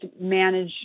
manage